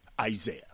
Isaiah